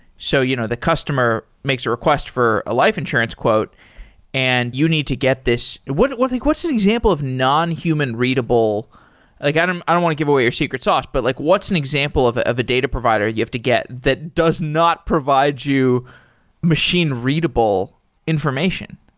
so you know the customer makes a request for a life insurance quote and you need to get this what's like what's an example of non-human readable like i don't um i don't want to give away your secret sauce, but like what's an example of a of a data provider you have to get that does not provide you machine readable information?